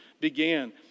began